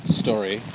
story